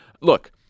Look